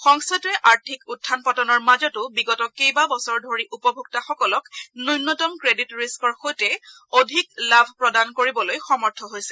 সংস্থাটোৱে আৰ্থিক উখান পতনৰ মাজতো বিগত কেইবা বছৰ ধৰি উপভোক্তাসকলক ন্যনতম ক্ৰেডিট ৰিস্বৰ সৈতে অধিক লাভ প্ৰদান কৰিবলৈ সমৰ্থ হৈছে